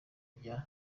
bya